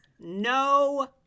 No